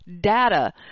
data